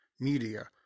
media